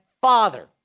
father